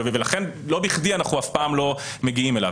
ולכן לא בכדי אנחנו אף פעם לא מגיעים עליו.